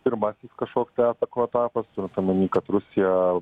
pirmasis kažkoks tai atsako etapas turint omeny kad rusija